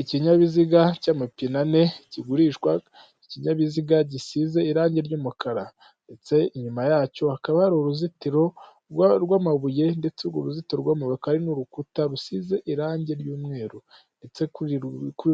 Ikinyabiziga cy'amapine ane kigurishwa. Ikinyabiziga gisize irangi ry'umukara, ndetse inyuma yacyo hakaba hari uruzitiro rw'amabuye ndetse urwo ruzitiro rw'amabuye akaba ari n'urukuta rusize irangi ry'umweru ndetse kuri